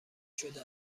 شده